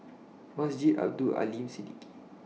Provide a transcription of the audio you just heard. Masjid Abdul Aleem Siddique